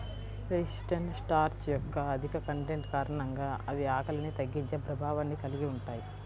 resistant starch యొక్క అధిక content కారణంగా అవి ఆకలిని తగ్గించే ప్రభావాన్ని కలిగి ఉంటాయి